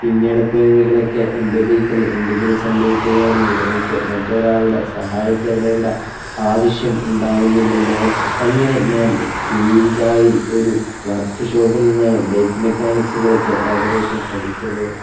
പിന്നീട് എപ്പോഴെങ്കിലുമൊക്കെ എൻ്റെ ബൈക്കിന് എന്തെങ്കിലും സംഭവിക്കുകയാണെങ്കിൽ എനിക്ക് മറ്റൊരാളുടെ സഹായം തേടേണ്ട ആവശ്യം ഉണ്ടാവുന്നില്ലല്ലോ അങ്ങനെ ഞാൻ കീഴികാവിൽ ഒരു വർക്ക് ഷോപ്പിൽ നിന്നാണ് ബൈക്ക് മെക്കാനിക്സുകളൊക്കെ ഏകദേശം പഠിച്ചത്